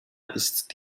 ist